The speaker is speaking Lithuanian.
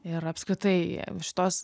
ir apskritai šitos